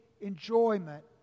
enjoyment